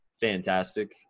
fantastic